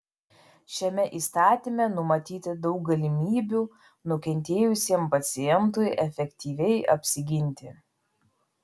šiame įstatyme numatyta daug galimybių nukentėjusiam pacientui efektyviai apsiginti